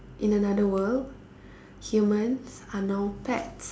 in another world humans are now pets